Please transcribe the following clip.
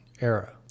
era